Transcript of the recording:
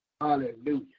Hallelujah